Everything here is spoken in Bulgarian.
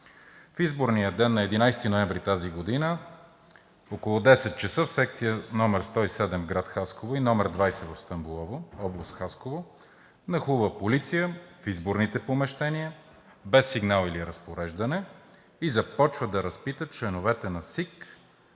В изборния ден на 11 ноември тази година около 10,00 ч. в секция № 107, град Хасково, и № 20 в Стамболово, област Хасково, нахлува полиция в изборните помещения без сигнал или разпореждане и започва да разпитва членовете на СИК,